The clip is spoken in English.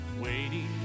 Waiting